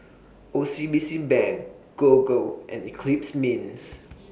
O C B C Bank Gogo and Eclipse Mints